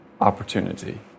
Opportunity